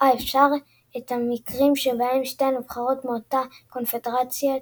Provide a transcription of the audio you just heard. האפשר את המקרים שבהם שתי נבחרות מאותה קונפדרציית